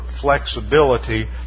flexibility